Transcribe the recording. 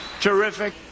terrific